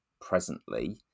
presently